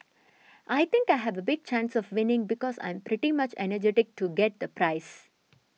I think I have a big chance of winning because I'm pretty much energetic to get the prize